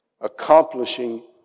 accomplishing